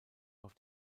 auf